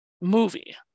movie